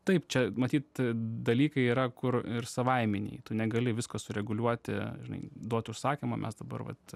taip čia matyt dalykai yra kur ir savaiminiai tu negali visko sureguliuoti žinai duot užsakymą mes dabar vat